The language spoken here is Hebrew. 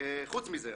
חוץ מזה,